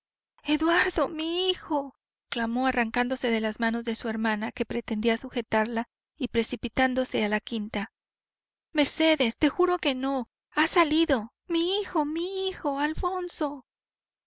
eduardo mi hijo clamó arrancándose de las manos de su hermana que pretendía sujetarla y precipitándose a la quinta mercedes te juro que no ha salido mi hijo mi hijo alfonso